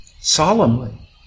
solemnly